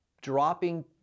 dropping